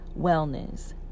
wellness